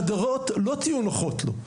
מישהו שריבוי הדעות לא יהיו נוחות עבורו.